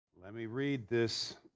let me read this